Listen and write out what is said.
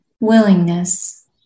willingness